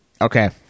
Okay